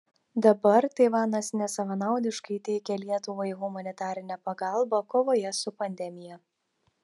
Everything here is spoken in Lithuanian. dabar taivanas nesavanaudiškai teikia lietuvai humanitarinę pagalbą kovoje su pandemija